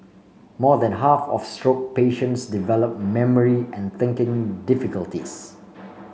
more than half of stroke patients develop memory and thinking difficulties